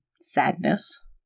sadness